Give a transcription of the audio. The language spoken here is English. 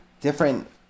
different